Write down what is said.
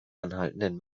anhaltenden